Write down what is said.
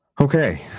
Okay